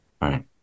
Right